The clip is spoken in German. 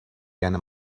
gerne